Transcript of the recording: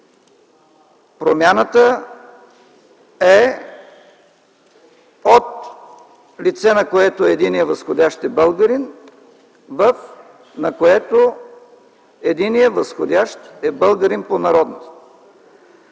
Промяната е от лице, „на което единият възходящ е българин” в „на което единият възходящ е българин по народност”.